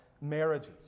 marriages